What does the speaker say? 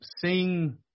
seeing